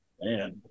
Man